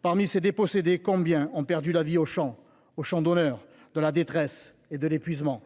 Parmi ces dépossédés, combien ont perdu la vie au champ, au champ d’honneur de la détresse et de l’épuisement ?